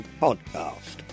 Podcast